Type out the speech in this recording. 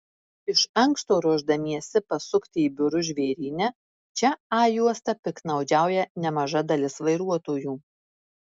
iš anksto ruošdamiesi pasukti į biurus žvėryne čia a juosta piktnaudžiauja nemaža dalis vairuotojų